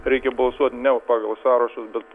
reikia balsuot ne pagal sąrašus bet